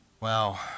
Wow